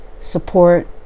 support